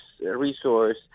resource